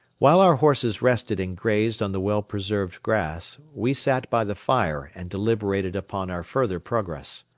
while our horses rested and grazed on the well-preserved grass, we sat by the fire and deliberated upon our further progress.